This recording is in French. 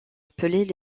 appelés